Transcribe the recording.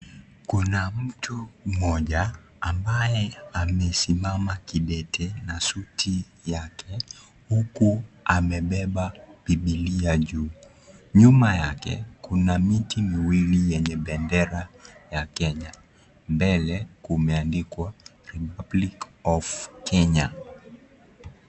Kuna mtu mmoja ambaye amesimama kidete na suti yake huku amebeba bibilia juu, nyuma yake kuna miti miwili yenye bendera ya Kenya mbele kumeandikwa {cs} Republic of Kenya{cs}.